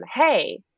hey